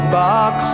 box